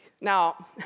Now